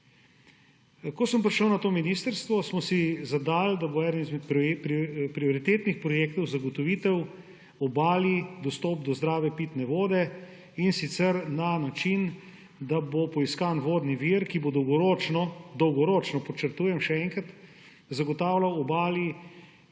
Ko sem prišel na to ministrstvo, smo si zadali, da bo eden izmed prioritetnih projektov zagotovitev Obali dostop do zdrave pitne vode, in sicer na način, da bo poiskan vodni vir, ki bo dolgoročno – dolgoročno podčrtujem še enkrat – zagotavljal Obali